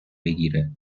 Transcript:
بگیره